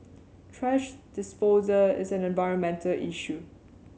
thrash disposal is an environmental issue